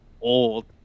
old